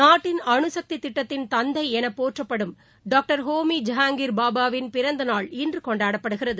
நாட்டின் அணுசக்திட்டத்தின் தந்தைஎனபோற்றப்படும் டாக்டர் ஹோமி ஜஹாங்கீர் பாபா வின் பிறந்தநாள் இன்றுகொண்டாடப்படுகிறது